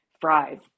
fries